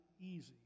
easy